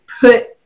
put